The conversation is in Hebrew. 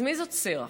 אז מי זאת שרח?